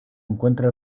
encuentra